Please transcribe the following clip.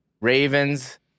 Ravens